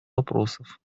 вопросов